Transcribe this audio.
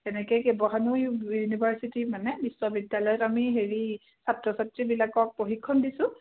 তেনেকৈ কেইবাখনো ইউনিভাৰ্চিটি মানে বিশ্ববিদ্যালয়ত আমি হেৰি ছাত্ৰ ছাত্ৰীবিলাকক প্ৰশিক্ষণ দিছোঁ